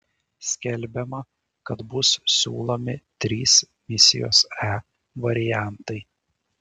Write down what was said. skelbiama kad bus siūlomi trys misijos e variantai